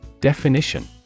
Definition